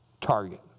target